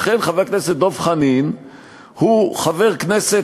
לכן חבר הכנסת דב חנין הוא חבר כנסת